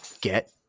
get